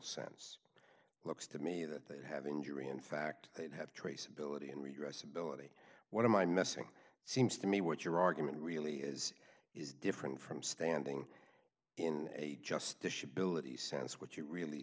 sense looks to me that they'd have injury in fact they'd have traceability and redress ability what am i missing seems to me what your argument really is is different from standing in a justice should billet he sense what you're really